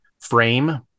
frame